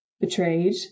betrayed